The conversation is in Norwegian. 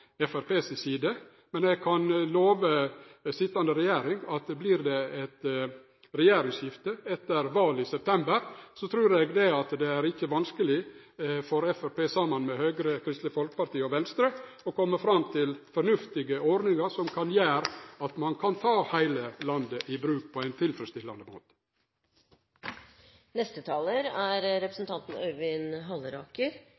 si side, men eg kan love den sitjande regjeringa at dersom det vert eit regjeringsskifte etter valet i september, trur eg ikkje det er vanskeleg for Framstegspartiet, saman med Høgre, Kristeleg Folkeparti og Venstre, å kome fram til fornuftige ordningar som kan gjere at ein kan ta heile landet i bruk på ein tilfredsstillande måte. Høyre mener det er